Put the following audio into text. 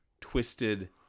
twisted